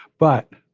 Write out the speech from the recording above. but